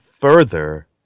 further